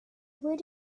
would